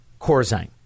Corzine